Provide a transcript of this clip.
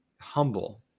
humble